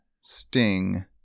Sting